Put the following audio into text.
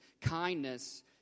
kindness